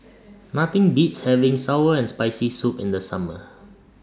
Nothing Beats having Sour and Spicy Soup in The Summer